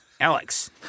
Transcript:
Alex